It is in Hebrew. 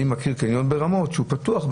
אני מכיר קניון ברמות שהוא פתוח,